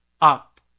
up